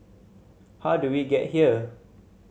how did we get here